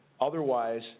Otherwise